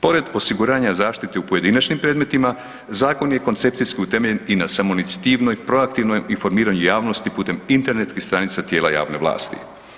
Pored osiguranja zaštite u pojedinačnim predmetima zakon je koncepcijski utemeljen i na samoinicijativnoj, proaktivnoj informiranju javnosti putem internetskih stranica tijela javne vlasti.